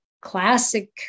classic